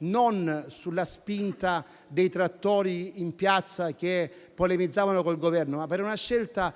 non sulla spinta dei trattori in piazza che polemizzavano col Governo, ma per una scelta